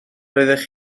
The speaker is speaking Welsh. roeddech